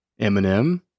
Eminem